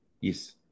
Yes